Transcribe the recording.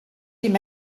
him